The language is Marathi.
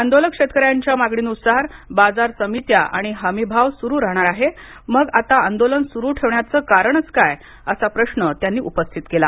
आंदोलक शेतकऱ्यांच्या मागणीनुसार बाजार समित्या आणि हमीभाव सुरु राहणार आहे मग आता आंदोलन सुरू ठेवण्याचं कारणच काय असा प्रश्न त्यांनी उपस्थित केला